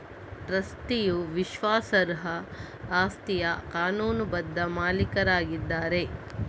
ಟ್ರಸ್ಟಿಯು ವಿಶ್ವಾಸಾರ್ಹ ಆಸ್ತಿಯ ಕಾನೂನುಬದ್ಧ ಮಾಲೀಕರಾಗಿದ್ದಾರೆ